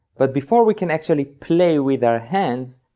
but before we can actually play with our hands,